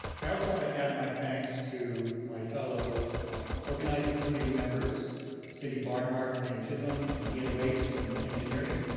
i also want to add my thanks to my fellow organizing committee members cindy barnhart, penny chisholm, and ian waitz from engineering,